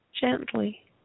gently